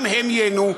גם הם ייהנו,